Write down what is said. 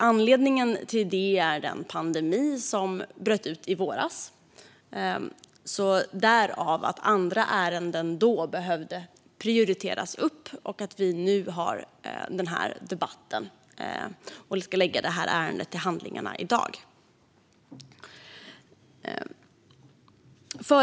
Anledningen till detta är den pandemi som bröt ut i våras och som gjorde att andra ärenden behövde prioriteras. Därför har vi debatten nu och ska i dag lägga ärendet till handlingarna.